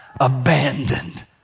abandoned